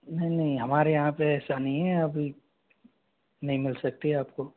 नहीं नहीं हमारे यहाँ पे ऐसा नहीं है अभी नहीं मिल सकती आपको